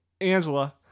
angela